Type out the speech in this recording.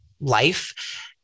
life